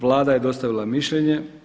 Vlada je dostavila mišljenje.